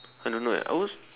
I don't know eh I would s~